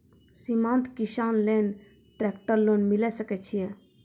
सीमांत किसान लेल ट्रेक्टर लोन मिलै सकय छै?